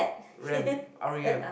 Rem R E M